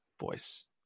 voice